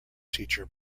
teacher